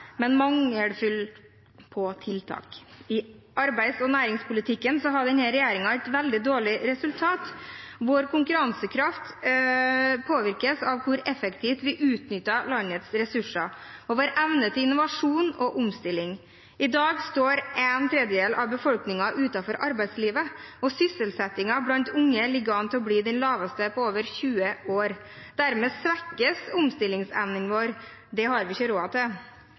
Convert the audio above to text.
men er mangelfulle på tiltak. I arbeids- og næringspolitikken har denne regjeringen et veldig dårlig resultat. Vår konkurransekraft påvirkes av hvor effektivt vi utnytter landets ressurser og vår evne til innovasjon og omstilling. I dag står en tredjedel av befolkningen utenfor arbeidslivet, og sysselsettingen blant unge ligger an til å bli den laveste på over 20 år. Dermed svekkes omstillingsevnen vår. Det har vi ikke råd til.